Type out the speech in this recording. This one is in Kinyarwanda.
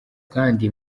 kandi